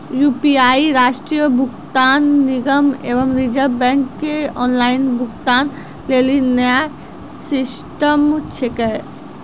UPI राष्ट्रीय भुगतान निगम एवं रिज़र्व बैंक के ऑनलाइन भुगतान लेली नया सिस्टम छिकै